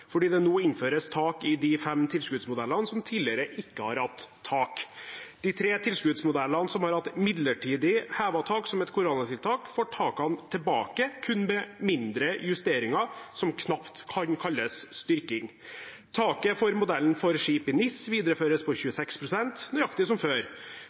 fordi det nå innføres tak i de fem tilskuddsmodellene som tidligere ikke har hatt tak. De tre tilskuddsmodellene som har hatt midlertidig hevet tak som et koronatiltak, får takene tilbake, kun med mindre justeringer som knapt kan kalles en styrking. Taket for modellen for skip i NIS videreføres på 26 pst., nøyaktig som før.